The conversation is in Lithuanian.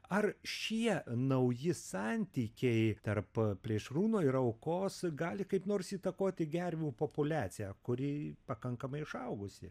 ar šie nauji santykiai tarp plėšrūno ir aukos gali kaip nors įtakoti gervių populiaciją kuri pakankamai išaugusi